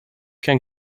can